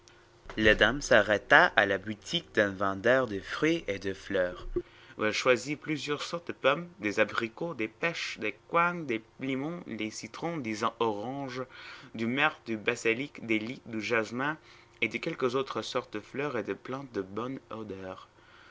la dame s'arrêta à la boutique d'un vendeur de fruits et de fleurs où elle choisit plusieurs sortes de pommes des abricots des pêches des coings des limons des citrons des oranges du myrte du basilic des lis du jasmin et de quelques autres sortes de fleurs et de plantes de bonne odeur